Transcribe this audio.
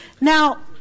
Now